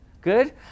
good